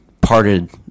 parted